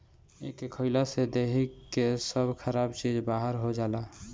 एके खइला से देहि के सब खराब चीज बहार हो जाला